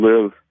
live